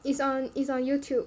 is on is on Youtube